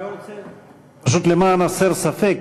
פשוט למען הסר ספק,